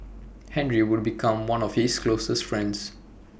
Henry would become one of his closest friends